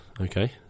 Okay